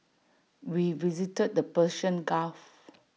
we visited the Persian gulf